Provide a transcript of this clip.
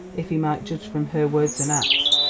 if he might judge from her words and acts,